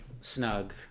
snug